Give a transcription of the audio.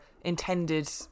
intended